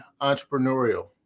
entrepreneurial